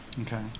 okay